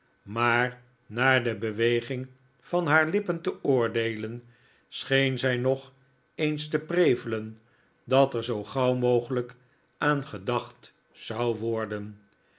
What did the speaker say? maar naar de beweging van haar lippen te oordeelen scheen zij nog eens te prevelen dat er zoo gauw mogelijk aan gedacht zou worden